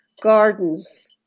gardens